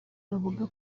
bavuga